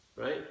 Right